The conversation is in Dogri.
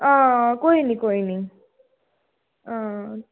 हां कोई निं कोई निं हां